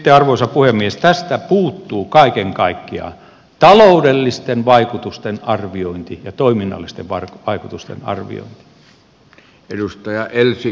sitten arvoisa puhemies tästä puuttuu kaiken kaikkiaan taloudellisten vaikutusten arviointi ja toiminnallisten vaikutusten arviointi